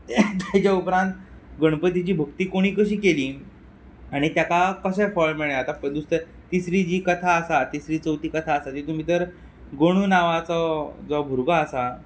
तेच्या उपरांत गणपतीची भक्ती कोणी कशी केली आनी तेका कशें फळ मेळ्ळें आतां पय दुसऱ्या तिसरी जी कथा आसा तिसरी चवथी कथा आसा तितूंत भितर गणू नांवाचो जो भुरगो आसा